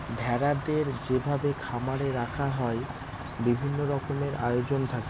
ভেড়াদের যেভাবে খামারে রাখা হয় বিভিন্ন রকমের আয়োজন থাকে